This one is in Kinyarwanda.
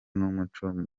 n’umuco